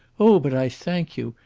oh, but i thank you!